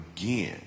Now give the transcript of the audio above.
again